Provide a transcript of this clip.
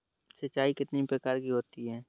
सिंचाई कितनी प्रकार की होती हैं?